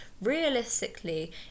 Realistically